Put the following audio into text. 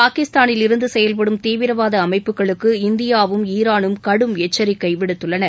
பாகிஸ்தானில் இருந்து செயல்படும் தீவிரவாத அமைப்புகளுக்கு இந்தியாவும் ஈரானும் கடும் எச்சரிக்கை விடுத்துள்ளன